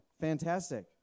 fantastic